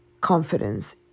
confidence